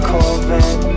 Corvette